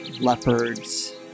leopards